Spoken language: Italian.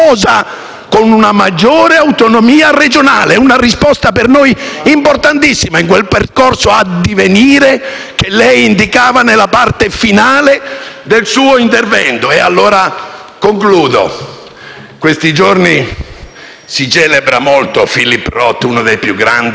con una maggiore autonomia regionale. Una risposta per noi importantissima in quel percorso in divenire che lei indicava nella parte finale del suo intervento. In questi giorni si celebra molto Philip Roth, uno dei più grandi